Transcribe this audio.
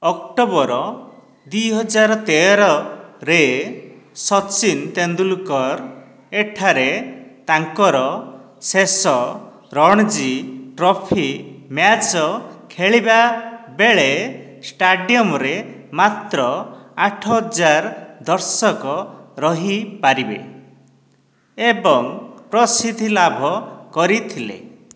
October ଦୁଇ ହଜାର ତେରରେ ସଚିନ ତେନ୍ଦୁଲକର ଏଠାରେ ତାଙ୍କର ଶେଷ ରଣଜୀ ଟ୍ରଫି ମ୍ୟାଚ୍ ଖେଳିବା ବେଳେ ଷ୍ଟାଡ଼ିୟମ୍ରେ ମାତ୍ର ଆଠ ହଜାର ଦର୍ଶକ ରହିପାରିବେ ଏବଂ ପ୍ରସିଦ୍ଧି ଲାଭ କରିଥିଲେ